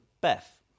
Beth